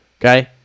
Okay